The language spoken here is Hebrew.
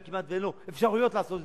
היום כמעט אין לו אפשרויות לעשות את זה,